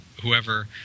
Whoever